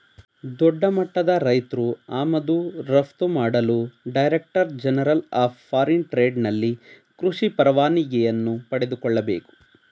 ದೊಡ್ಡಮಟ್ಟದ ರೈತ್ರು ಆಮದು ರಫ್ತು ಮಾಡಲು director general of foreign trade ನಲ್ಲಿ ಕೃಷಿ ಪರವಾನಿಗೆಯನ್ನು ಪಡೆದುಕೊಳ್ಳಬೇಕು